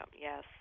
Yes